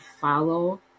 follow